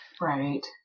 Right